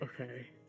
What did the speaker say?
Okay